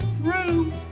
room